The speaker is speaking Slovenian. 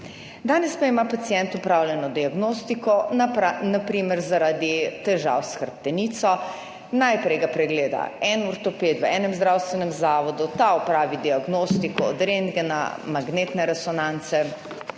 danes pa ima pacient opravljeno diagnostiko na primer zaradi težav s hrbtenico, najprej ga pregleda en ortoped v enem zdravstvenem zavodu, ta opravi diagnostiko od rentgena, magnetne resonance